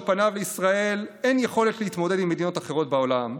על פניו לישראל אין יכולת להתמודד עם מדינות אחרות בעולם,